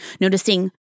Noticing